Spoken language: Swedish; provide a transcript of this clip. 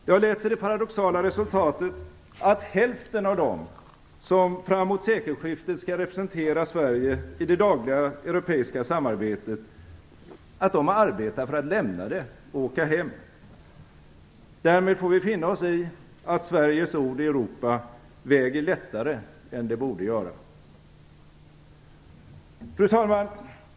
Det har lett till det paradoxala resultatet att hälften av dem som fram mot sekelskiftet skall representera Sverige i det dagliga europeiska samarbetet arbetar för att lämna det och åka hem. Därmed får vi finna oss i att Sveriges ord i Europa väger lättare än det borde göra. Fru talman!